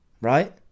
right